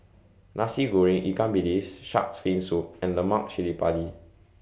Nasi Goreng Ikan Bilis Shark's Fin Soup and Lemak Cili Padi